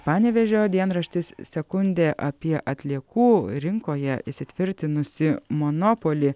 panevėžio dienraštis sekundė apie atliekų rinkoje įsitvirtinusį monopolį